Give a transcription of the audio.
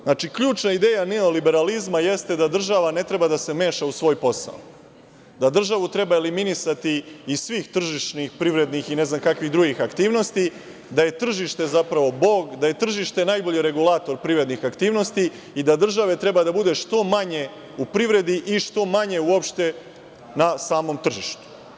Znači, ključna ideja neoliberalizma jeste da država ne treba da se meša u svoj posao, da državu treba eliminisati iz svih tržišnih, privrednih i ne znam kakvih drugih aktivnosti, da je tržište zapravo bog, da je tržište najbolji regulator privrednih aktivnosti i da države treba da bude što manje u privredi i što manje na samom tržištu.